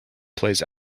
plays